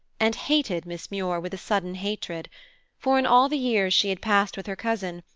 and hated miss muir with a sudden hatred for, in all the years she had passed with her cousin,